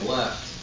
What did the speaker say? left